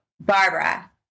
Barbara